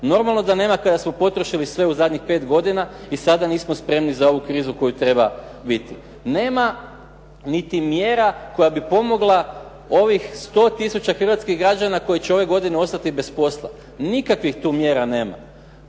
normalno da nema kada smo potrošili sve zadnjih pet godina i sada nismo spremni za ovu krizu koju treba biti. Nema niti mjera koja bi pomogla ovih 100 tisuća hrvatskih građana koji će ove godine ostati bez posla, nikakvih tu mjera nema,